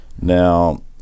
Now